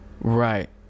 Right